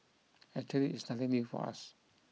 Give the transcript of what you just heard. actually it's nothing new for us